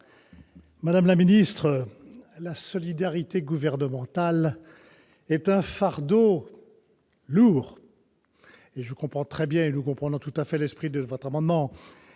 Madame la ministre, la solidarité gouvernementale est un fardeau lourd. Nous comprenons tout à fait l'esprit de votre amendement,